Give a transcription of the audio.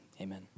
amen